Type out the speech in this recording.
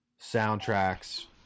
soundtracks